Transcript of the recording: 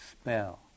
spell